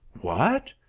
what,